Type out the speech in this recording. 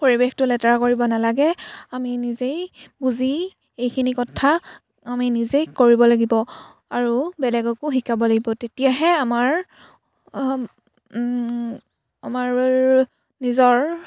পৰিৱেশটো লেতেৰা কৰিব নালাগে আমি নিজেই বুজি এইখিনি কথা আমি নিজেই কৰিব লাগিব আৰু বেলেগকো শিকাব লাগিব তেতিয়াহে আমাৰ আমাৰ নিজৰ